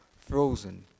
frozen